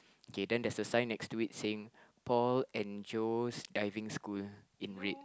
okay then there's a sign next to it that says Paul and Joe's Diving School in red